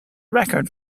record